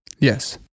Yes